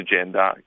agenda